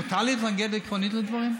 מותר להתנגד עקרונית לדברים?